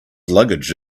luggage